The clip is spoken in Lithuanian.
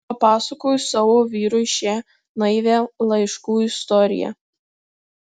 papasakojau savo vyrui šią naivią laiškų istoriją